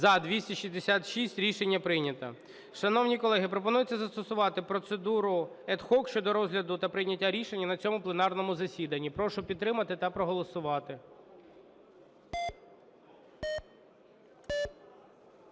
За-266 Рішення прийнято. Шановні колеги, пропонується застосувати процедуру ad hoc щодо розгляду та прийняття рішення на цьому пленарному засіданні. Прошу підтримати та проголосувати.